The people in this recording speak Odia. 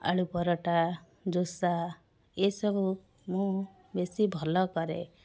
ଆଳୁ ପରଟା ଜୋସା ଏସବୁ ମୁଁ ବେଶୀ ଭଲ କରେ